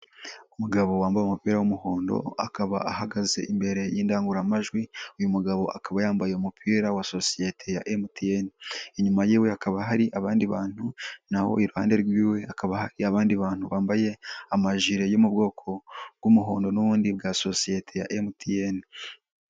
Umugabo wambaye umupira w'umuhondo akaba ahagaze imbere y'indangururamajwi, uyu mugabo akaba yambaye umupira wa sosiyete ya MTN, inyuma y'iwe hakaba hari abandi bantu, naho iruhande rw'iwe hakaba hari abandi bantu bambaye amajire yo mu bwoko bw'umuhondo n'ubundi bwa sosiyete ya MTN.